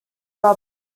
robin